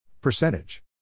Percentage